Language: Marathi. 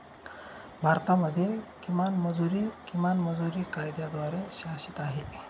भारतामध्ये किमान मजुरी, किमान मजुरी कायद्याद्वारे शासित आहे